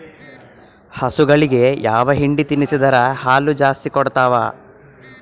ಹಸುಗಳಿಗೆ ಯಾವ ಹಿಂಡಿ ತಿನ್ಸಿದರ ಹಾಲು ಜಾಸ್ತಿ ಕೊಡತಾವಾ?